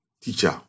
teacher